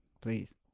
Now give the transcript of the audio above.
Please